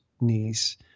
niece